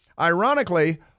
Ironically